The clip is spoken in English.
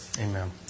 Amen